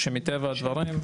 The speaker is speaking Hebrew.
שמטבע הדברים,